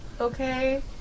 Okay